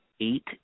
eight